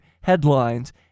headlines